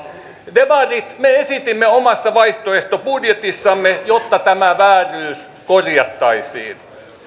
demarit esitimme omassa vaihtoehtobudjetissamme että tämä vääryys korjattaisiin